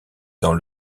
dans